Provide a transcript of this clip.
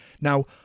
now